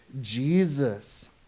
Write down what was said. Jesus